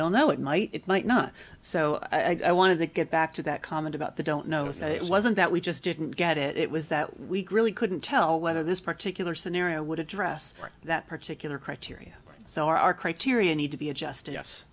don't know it might it might not so i wanted to get back to that comment about the don't know so it wasn't that we just didn't get it it was that we really couldn't tell whether this particular scenario would address that particular criteria so our criteria need to be adjusted